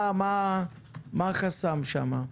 מה החסם שם?